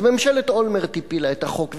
אז ממשלת אולמרט הפילה את החוק.